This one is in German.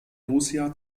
lucia